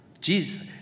Jesus